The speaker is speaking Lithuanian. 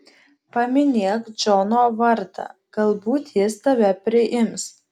paminėk džono vardą galbūt jis tave priims